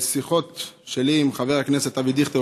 משיחות שלי עם חבר הכנסת אבי דיכטר,